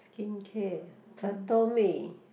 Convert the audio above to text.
skincare Atomy